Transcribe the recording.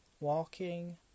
walking